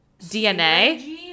DNA